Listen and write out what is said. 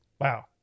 wow